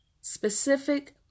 Specific